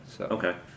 Okay